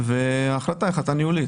וההחלטה היא החלטה ניהולית.